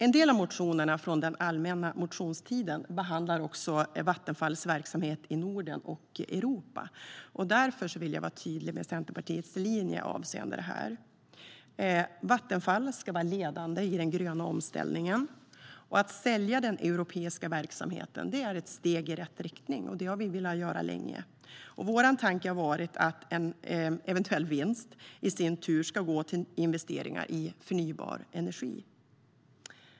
En del av motionerna från allmänna motionstiden behandlar Vattenfalls verksamhet i Norden och Europa. Därför vill jag vara tydlig med Centerpartiets linje avseende detta. Vattenfall ska vara ledande i den gröna omställningen. Att sälja den europeiska verksamheten är ett steg i rätt riktning. Det har vi velat göra länge. Vår tanke har varit att en eventuell vinst ska gå till investeringar i förnybar energi.